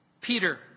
Peter